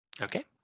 Okay